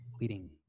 leading